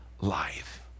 life